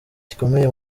gikomeye